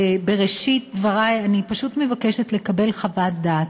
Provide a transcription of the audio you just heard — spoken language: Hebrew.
בראשית דברי אני פשוט מבקשת לקבל חוות דעת,